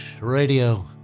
Radio